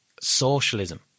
socialism